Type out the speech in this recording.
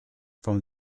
from